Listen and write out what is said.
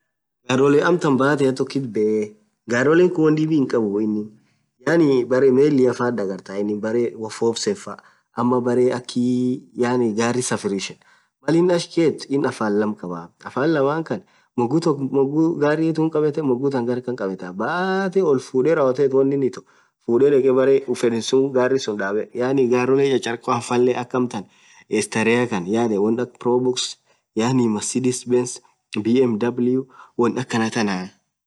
Garrolee amtan baathia tokkit beee garrolee khun won dhibii hinkhabuu inin yaani berre melli faa dhagartha inin berre woo fofsen faa ama berre akhiii yaani safrishen Mal inn ach gethu inn afann lamm khabaa afan laman Khan moghutok moghu gari khun khabathe moghu taa gargarkha khabetha baathe oll fudhe rawthothu wonin ithoo fudhe dheke berre fedhen suun gari sun dhabe yaani garole chacharekho hanfale akha amtan istareakhan yaani won akha probox yaani masidicx base vamw won akhan thaanaa